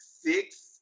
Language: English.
six